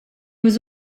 was